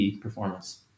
performance